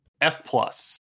F-plus